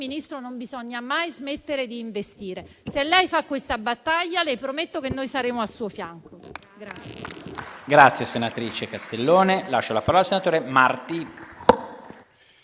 Ministro, non bisogna mai smettere di investire. Se lei fa questa battaglia, le prometto che noi saremo al suo fianco.